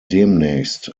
demnächst